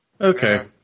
Okay